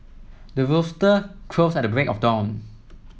the rooster crows at the break of dawn